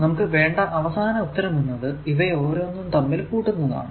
നമുക്ക് വേണ്ട അവസാന ഉത്തരം എന്നത് ഇവയോരോന്നും തമ്മിൽ കൂട്ടുന്നതാണ്